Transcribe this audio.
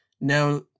Now